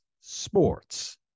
sports